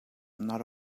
not